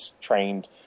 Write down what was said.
trained